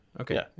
okay